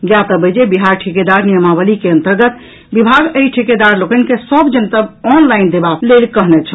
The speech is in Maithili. ज्ञातव्य अछि जे बिहार ठिकेदार नियमावली के अंतर्गत विभाग एहि ठिकेदार लोकनि के सभ जनतब ऑनलाइन देबाक लेल कहने छल